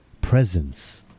presence